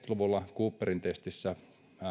luvulla cooperin testissä